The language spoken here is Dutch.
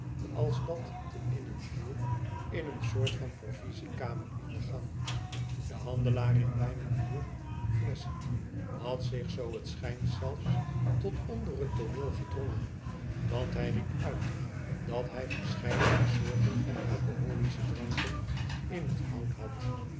als dat te innen viel in een soort van provisiekamer in de gang de handelaar in wijn en bier op flesschen had zich zoo t schijnt zelfs tot onder t tooneel gedrongen want hij riep uit dat hij verscheidene soorten van alcoholische dranken in t hout had